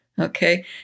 Okay